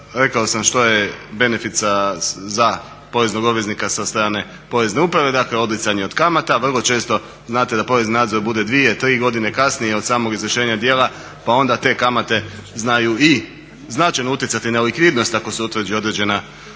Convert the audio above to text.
rekao sam što je benefit poreznog obveznika sa strane porezne uprave, dakle odricanje od kamata, vrlo često znate da porezni nadzor bude 2, 3 godine kasnije od samog izvršenja djela pa onda te kamate znaju i značajno utjecati na likvidnost ako se utvrdi određeni problem oko